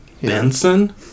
Benson